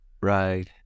right